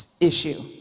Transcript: issue